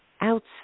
outside